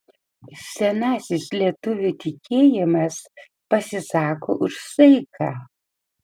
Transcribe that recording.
senasis lietuvių tikėjimas pasisako už saiką